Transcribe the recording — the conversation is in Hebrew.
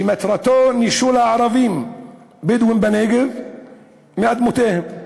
שמטרתו נישול הערבים הבדואים בנגב מאדמותיהם,